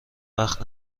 وقت